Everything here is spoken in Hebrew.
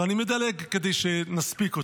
ואני מדלג כדי שנספיק אותו,